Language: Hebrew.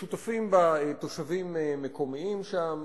שותפים בה תושבים מקומיים שם,